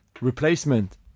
replacement